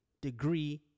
degree